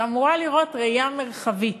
שאמורה לראות ראייה מרחבית,